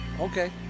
Okay